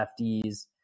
lefties